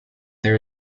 there